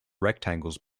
rectangles